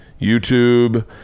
youtube